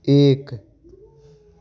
एक